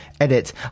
Edit